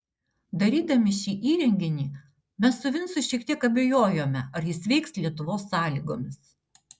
darydami šį įrenginį mes su vincu šiek tiek abejojome ar jis veiks lietuvos sąlygomis